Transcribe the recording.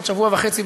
בעוד שבוע וחצי,